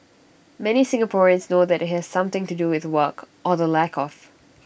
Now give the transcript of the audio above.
many Singaporeans know that IT has something to do with work or the lack of